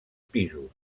pisos